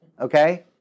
okay